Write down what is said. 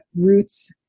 roots